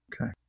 Okay